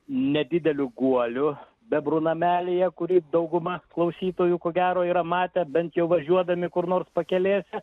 nedideliu guoliu bebrų namelyje kurį dauguma klausytojų ko gero yra matę bent jau važiuodami kur nors pakelėse